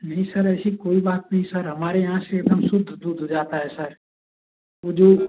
नही सर ऐसी कोई बात नही सर हमारे यहाँ से एकदम शुद्ध दूध जाता है सर वो जो